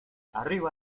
arriba